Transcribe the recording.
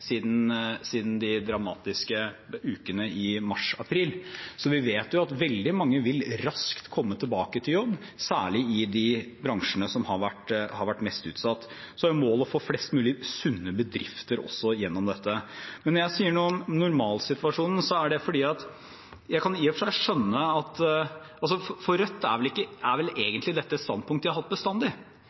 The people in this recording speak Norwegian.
siden de dramatiske ukene i mars–april, så vi vet at veldig mange raskt vil komme tilbake i jobb, særlig i de bransjene som har vært mest utsatt. Målet er også å få flest mulig sunne bedrifter gjennom dette. Når jeg sier noe om normalsituasjonen, er det fordi jeg i og for seg kan skjønne at for Rødt er egentlig dette et standpunktet de har hatt bestandig.